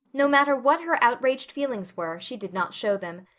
no matter what her outraged feelings were she did not show them.